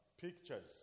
pictures